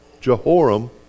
Jehoram